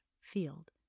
field